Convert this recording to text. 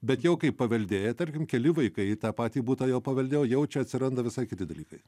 bet jau kai paveldėję tarkim keli vaikai tą patį butą jau paveldėjo jau čia atsiranda visai kiti dalykai